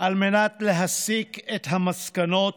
על מנת להסיק את המסקנות